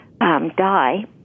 die